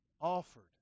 offered